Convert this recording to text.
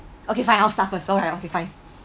okay fine I'll start first sorry okay fine